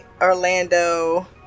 Orlando